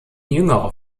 jüngerer